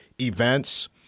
events